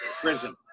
prison